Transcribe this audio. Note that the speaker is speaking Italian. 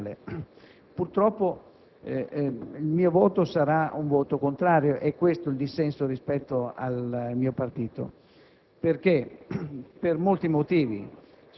che il Gruppo dell'Ulivo voterà a favore di questo provvedimento.